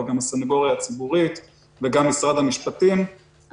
הסנגוריה הציבורית ומשרד המשפטים,